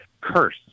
curse